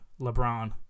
LeBron